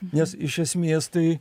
nes iš esmės tai